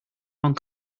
hong